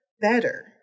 better